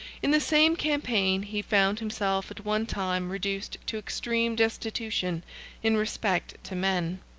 in the same campaign he found himself at one time reduced to extreme destitution in respect to men.